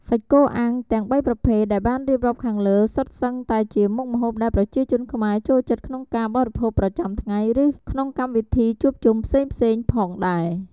សាច់គោអាំងទាំងបីប្រភេទដែលបានរៀបរាប់ខាងលើសុទ្ធសឹងតែជាមុខម្ហូបដែលប្រជាជនខ្មែរចូលចិត្តក្នុងការបរិភោគប្រចាំថ្ងៃ ឬក្នុងកម្មវិធីជួបជុំផ្សេងៗផងដែរ។